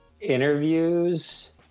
interviews